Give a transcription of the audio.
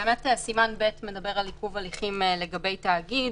סימן ב' מדבר על עיכוב הליכים לגבי תאגיד.